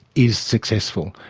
is successful.